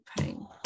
pain